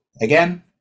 again